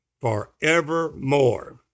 forevermore